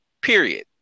Period